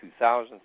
2000